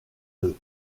deux